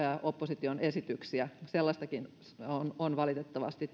opposition esityksiä sellaistakin on on valitettavasti